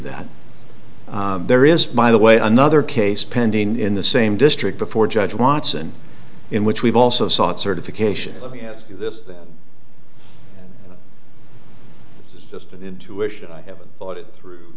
that there is by the way another case pending in the same district before judge watson in which we've also sought certification let me ask you this is just an intuition i haven't thought it through